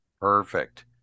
Perfect